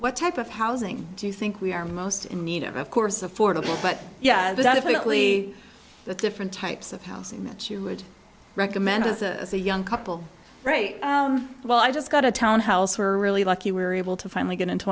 what type of housing do you think we are most in need of of course affordable but yeah definitely the different types of housing that you would recommend as a a young couple right well i just got a townhouse were really lucky we were able to finally get into